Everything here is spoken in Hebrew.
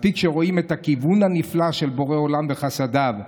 מספיק שרואים את הכיוון הנפלא של בורא עולם וחסדיו,